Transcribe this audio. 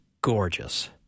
gorgeous